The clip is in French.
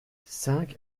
cinq